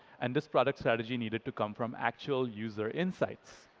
and this product strategy needed to come from actual user insights.